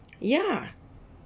ya